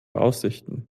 aussichten